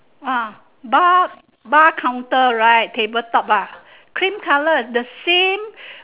ah bar bar counter right table top ah cream colour the same